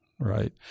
Right